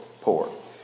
poor